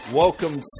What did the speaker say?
Welcome